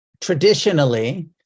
Traditionally